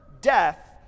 death